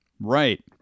Right